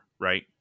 right